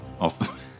off